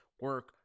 Work